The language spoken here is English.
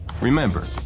Remember